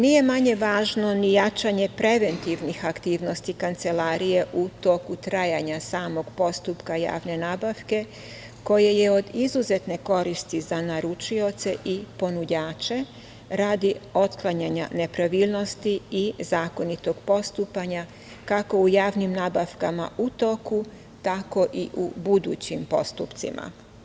Nije manje važno ni jačanje preventivnih aktivnosti Kancelarije u toku trajanja samog postupka javne nabavke, koje je od izuzetne koristi za naručioce i ponuđače radi otklanjanja nepravilnosti i zakonitog postupanja kako u javnim nabavkama u toku, tako i u budućim postupcima.